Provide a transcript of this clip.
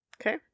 Okay